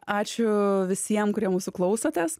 ačiū visiem kurie mūsų klausėtės